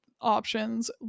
options